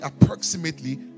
approximately